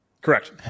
Correct